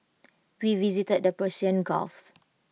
we visited the Persian gulf